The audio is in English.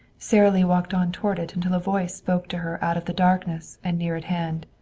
sara lee walked on toward it until a voice spoke to her out of the darkness and near at hand.